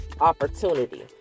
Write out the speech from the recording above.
opportunity